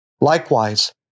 Likewise